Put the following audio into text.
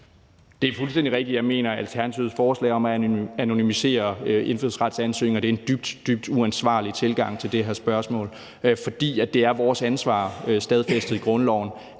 Det er fuldstændig rigtigt, at jeg mener, at Alternativets forslag om at anonymisere ansøgninger om indfødsret er udtryk for en dybt, dybt uansvarlig tilgang til det her spørgsmål, for det er vores ansvar som politikere